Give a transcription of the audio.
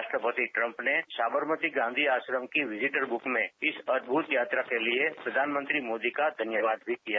राष्ट्रपति ट्रंप ने साबरमती गांधी आश्रम की विजिटर बुक में इस अदभूत यात्रा के लिए प्रधानमंत्री मोदी का धन्यवाद भी किया